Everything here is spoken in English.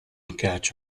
catch